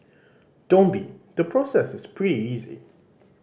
don't be the process is pretty easy